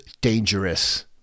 dangerous